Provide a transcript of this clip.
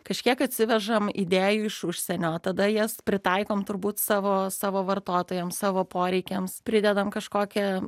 kažkiek atsivežam idėjų iš užsienio o tada jas pritaikom turbūt savo savo vartotojams savo poreikiams pridedam kažkokią